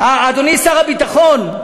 אדוני שר הביטחון,